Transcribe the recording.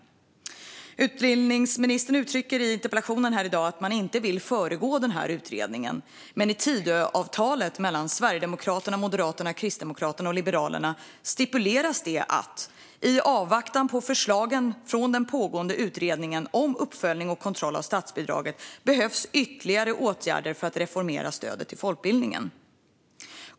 Utbildningsministern uttrycker i interpellationen här i dag att man inte vill föregripa utredningen, men i Tidöavtalet mellan Sverigedemokraterna, Moderaterna, Kristdemokraterna och Liberalerna stipuleras att "i avvaktan på förslagen från den pågående utredningen om uppföljning och kontroll av statsbidraget behövs ytterligare åtgärder för att reformera stödet till folkbildningen".